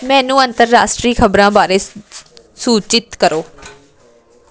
ਮੈਨੂੰ ਅੰਤਰਰਾਸ਼ਟਰੀ ਖਬਰਾਂ ਬਾਰੇ ਸੂਚਿਤ ਕਰੋ